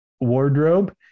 wardrobe